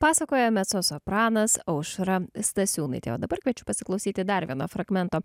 pasakoja mecosopranas aušra stasiūnaitė o dabar kviečiu pasiklausyti dar vieno fragmento